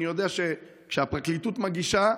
אני יודע שכשהפרקליטות מגישה,